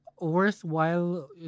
worthwhile